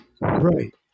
Right